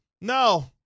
No